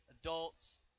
adults